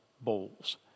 bowls